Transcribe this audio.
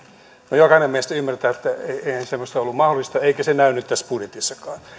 no jokainen meistä ymmärtää että eihän semmoinen ollut mahdollista eikä se näy nyt tässä budjetissakaan